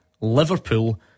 Liverpool